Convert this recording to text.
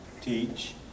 teach